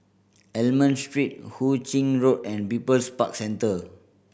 Almond Street Hu Ching Road and People's Park Centre